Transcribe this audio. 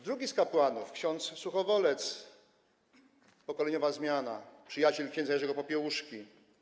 Drugi z kapłanów, ks. Suchowolec - pokoleniowa zmiana, przyjaciel ks. Jerzego Popiełuszki.